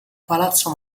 palazzo